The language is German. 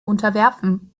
unterwerfen